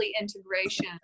integration